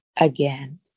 again